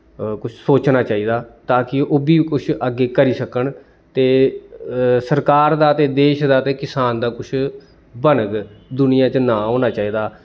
कुछ सोचना चाहिदा ताकि ओह् बी कुछ अग्गें करी सकन ते सरकार दा ते देश दा ते किसान दा कुछ बनग दुनियां च नांऽ होना चाहिदा